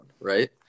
right